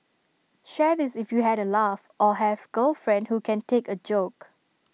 share this if you had A laugh or have girlfriend who can take A joke